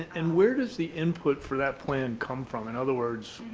and where does the input for that plan come from, in other words,